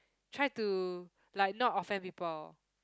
try to like not offend people